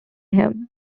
him